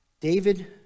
David